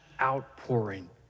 outpouring